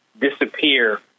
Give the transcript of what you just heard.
disappear